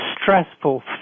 stressful